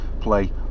play